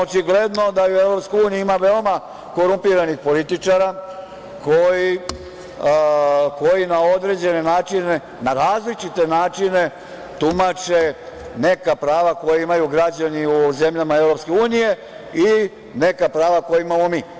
Očigledno da i u Evropskoj uniji ima mnogo korumpiranih političara koji na određene načine, na različite načine tumače neka prava koja imaju građani u zemljama Evropske unije i neka prava koja imamo mi.